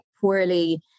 poorly